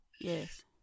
Yes